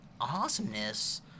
awesomeness